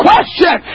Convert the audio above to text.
question